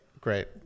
Great